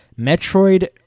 Metroid